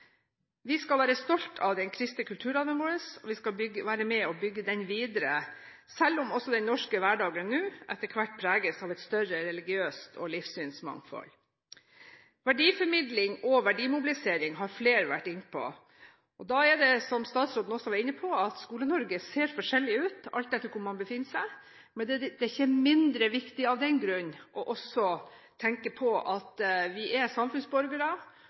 Vi skal være stolte av den kristne kulturarven vår, og vi skal være med og bygge den videre, selv om også den norske hverdagen nå etter hvert preges av et større religiøst mangfold og livssynsmangfold. Verdiformidling og verdimobilisering har flere vært inne på. Da er det, som statsråden også var inne på, at Skole-Norge ser forskjellig ut alt etter hvor man befinner seg. Men det er ikke mindre viktig av den grunn å også tenke på at vi er samfunnsborgere